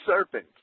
serpent